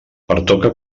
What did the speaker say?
pertoca